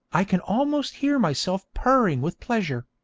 i can almost hear myself purring with pleasure.